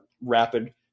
rapid